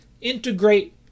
Integrate